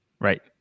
Right